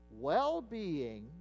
well-being